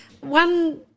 one